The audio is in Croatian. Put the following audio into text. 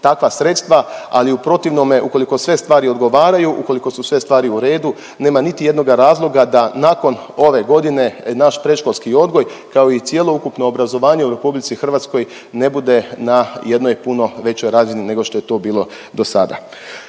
takva sredstva, ali u protivnome ukoliko sve stvari odgovaraju, ukoliko su sve stvari u redu nema niti jednoga razloga da nakon ove godine naš predškolski odgoj kao i cijelo ukupno obrazovanje u RH ne bude na jednoj puno većoj razini nego što je to bilo dosada.